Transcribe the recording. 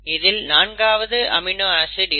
இதில் நான்காவது amino acid இருக்கும்